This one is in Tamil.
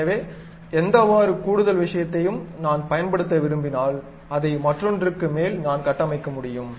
எனவே எந்தவொரு கூடுதல் விஷயத்தையும் நான் பயன்படுத்த விரும்பினால் அதை மற்றொன்றுக்கு மேல் நான் கட்டமைக்க முடியும்